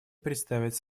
представить